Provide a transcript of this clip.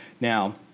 Now